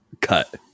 cut